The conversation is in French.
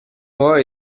mois